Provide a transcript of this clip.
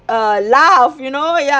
uh laugh you know ya